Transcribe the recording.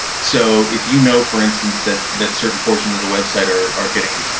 so if you know for instance that that certain portions of the website are are getting